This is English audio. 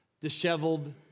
disheveled